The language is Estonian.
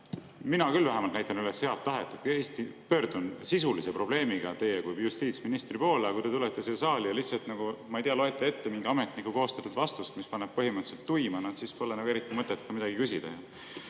mina küll vähemalt näitan üles head tahet ja pöördun sisulise probleemiga teie kui justiitsministri poole. Ent kui te tulete siia saali ja lihtsalt, ma ei tea, loete ette mingi ametniku koostatud vastust, mis paneb põhimõtteliselt tuima, siis pole nagu eriti mõtet ka midagi küsida.